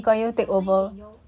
小声一点哟